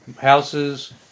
houses